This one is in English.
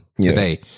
today